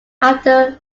after